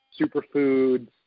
superfoods